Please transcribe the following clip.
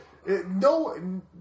No